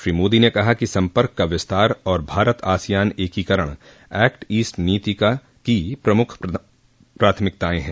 श्री मोदी ने कहा कि संपर्क का विस्तार और भारत आसियान एकीकरण एक्ट ईस्ट नीति की प्रमुख प्राथमिकताएं हैं